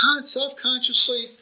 self-consciously